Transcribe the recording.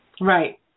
Right